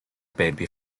baby